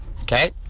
Okay